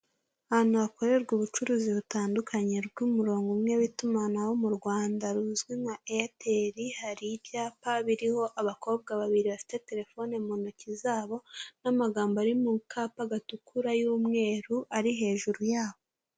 Ahantu hakorerwa ubucuruzi butandukanye bw'umurongo umwe w'itumanaho mu Rwanda, ruzwi nka Eyateri, hari ibyapa biriho abakobwa babiri bafite telefone mu ntoki zabo n'amagambo ari mu kapa gatukura y'umweru ari hejuru yabo.